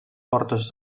portes